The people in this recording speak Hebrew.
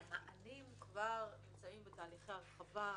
המענים נמצאים כבר בתהליכי הרחבה,